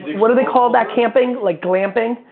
what do they call that camping, like glamping?